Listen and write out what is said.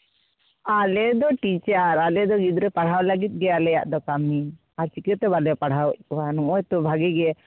ᱟᱞᱮ ᱫᱚ ᱴᱤᱪᱟᱨ ᱟᱞᱮ ᱫᱚ ᱜᱤᱫᱽᱨᱟᱹ ᱯᱟᱲᱦᱟᱣ ᱞᱟᱹᱜᱤᱫ ᱜᱮ ᱟᱞᱮᱭᱟᱜ ᱫᱚ ᱠᱟᱹᱢᱤ ᱟᱨ ᱪᱤᱠᱟᱹᱛᱮ ᱵᱟᱞᱮ ᱯᱟᱲᱦᱟᱣᱮᱫ ᱠᱚᱣᱟ ᱱᱚᱜᱼᱚᱭ ᱛᱚ ᱵᱷᱟᱹᱜᱤ ᱜᱮ